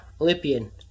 Olympian